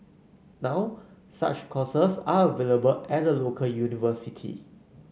now such courses are available at a local university